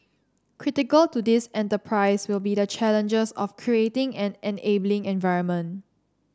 critical to this enterprise will be the challenges of creating an enabling environment